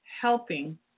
helping